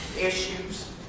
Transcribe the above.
issues